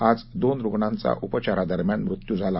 आज दोन रुग्णांचा उपचारा दरम्यान मृत्यू झाला